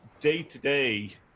day-to-day